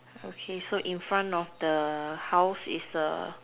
okay so in front of the house is a